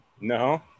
no